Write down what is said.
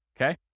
okay